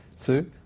sue?